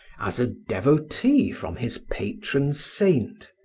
as a devotee from his patron saint.